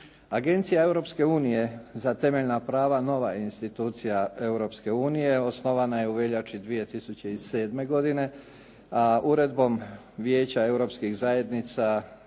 Agencija Europske unije za temeljna prava nova je institucija Europske unije, osnovana je u veljači 2007. godine, a uredbom Vijeća europskih zajednica